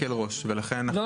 לא עניין אותם.